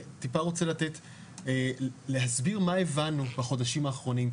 אני טיפה רוצה להסביר מה הבנו בחודשים האחרונים,